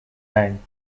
name